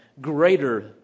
greater